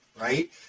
right